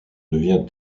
devient